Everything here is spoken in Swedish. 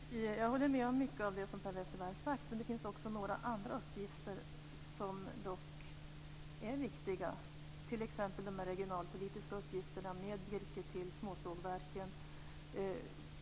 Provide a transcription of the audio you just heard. Fru talman! Jag håller med om mycket av det som Per Westerberg säger, men det finns också några andra uppgifter som är viktiga. Det gäller t.ex. de regionalpolitiska uppgifterna med virke till småsågverken.